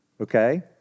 Okay